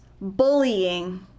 bullying